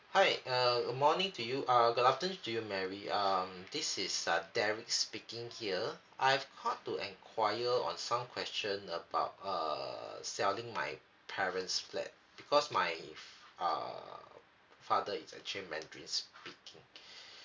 hi uh a morning to you uh good afternoon to you mary um this is uh derrick speaking here I've called to enquire on some question about err selling my parents' flat because my f~ err father is actually a mandarin speaking